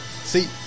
See